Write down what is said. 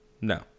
No